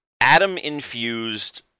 atom-infused